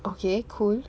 okay cool